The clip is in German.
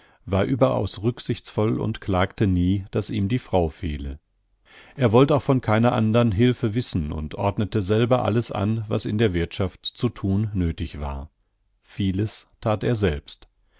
war überaus rücksichtsvoll und klagte nie daß ihm die frau fehle er wollt auch von keiner andern hilfe wissen und ordnete selber alles an was in der wirthschaft zu thun nöthig war vieles that er selbst